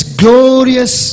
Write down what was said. glorious